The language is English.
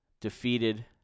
defeated